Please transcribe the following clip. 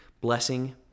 blessing